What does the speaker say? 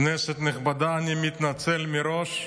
כנסת נכבדה, אני מתנצל מראש,